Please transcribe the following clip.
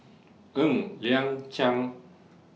Ng Liang Chiang